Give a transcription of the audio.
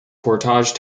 portage